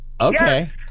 Okay